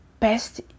best